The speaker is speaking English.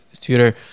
tutor